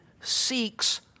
seeks